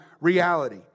reality